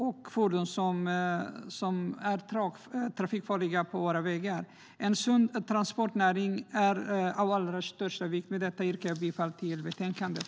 Vi kan också få bort trafikfarliga fordon från våra vägar. En sund transportnäring är av allra största vikt. Med detta yrkar jag bifall till förslaget i betänkandet.